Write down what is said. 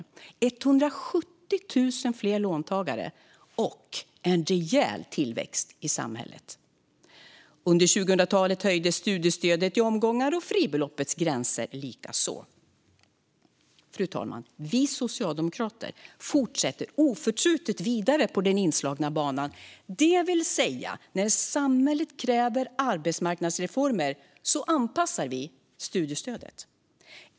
Det blev 170 000 fler låntagare och en rejäl tillväxt i samhället. Under 2000-talet höjdes studiestödet i omgångar och fribeloppets gränser likaså. Fru talman! Vi socialdemokrater fortsätter oförtrutet vidare på den inslagna banan, det vill säga när samhället kräver arbetsmarknadsreformer anpassar vi studiestödet.